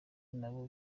nabo